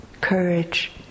courage